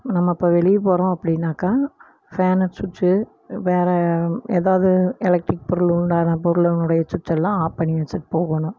நம்ம இப்போ வெளியே போகிறோம் அப்படின்னாக்கா ஃபேனு சுச்சு வேற எதாவது எலக்ட்ரிக் பொருள் உண்டான பொருளுனுடைய சுவிச்செல்லாம் ஆப் பண்ணி வச்சிட்டு போகணும்